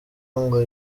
ngo